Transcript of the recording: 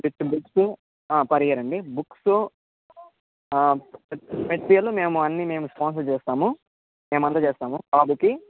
with books ఆ per year అండి books next ఇయర్లో అన్ని మేము స్పాన్సర్ చేస్తాము మేము అందచేస్తాము బాబుకి